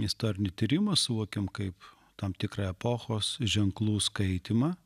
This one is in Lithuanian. istorinį tyrimą suvokiam kaip tam tikrą epochos ženklų skaitymą